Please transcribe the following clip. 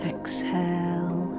Exhale